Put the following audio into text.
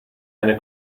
eine